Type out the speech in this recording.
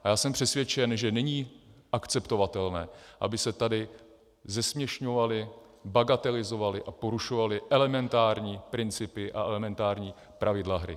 Já jsem přesvědčen, že není akceptovatelné, aby se tady zesměšňovaly, bagatelizovaly a porušovaly elementární principy a elementární pravidla hry.